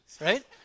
right